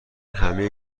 همه